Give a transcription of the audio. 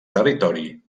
territori